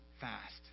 fast